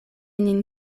nin